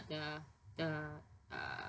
the the uh